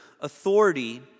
authority